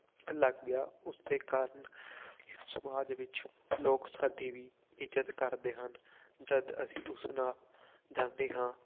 ਲੱਗ ਗਿਆ ਉਸਦੇ ਕਾਰਨ ਸਮਾਜ ਵਿੱਚ ਲੋਕ ਸਾਡੀ ਵੀ ਇੱਜ਼ਤ ਕਰਦੇ ਹਨ ਜਦ ਅਸੀਂ ਉਸ ਨਾਲ ਜਾਂਦੇ ਹਾਂ